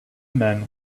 men